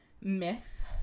myth